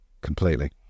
Completely